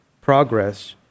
progress